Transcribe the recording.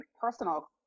personal